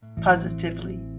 positively